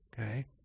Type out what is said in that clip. okay